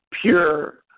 pure